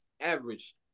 average